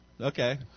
Okay